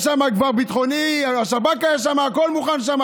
יש שם כבר ביטחוני, השב"כ היה שם, הכול מוכן שם.